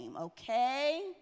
Okay